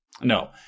No